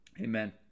Amen